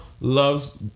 loves